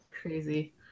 crazy